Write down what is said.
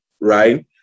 right